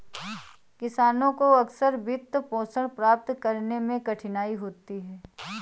किसानों को अक्सर वित्तपोषण प्राप्त करने में कठिनाई होती है